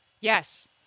Yes